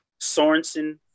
Sorensen